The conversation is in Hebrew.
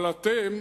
אבל אתם,